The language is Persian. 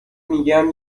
میگم